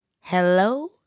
Hello